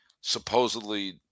supposedly